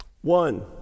One